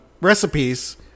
recipes